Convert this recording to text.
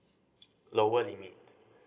lower limit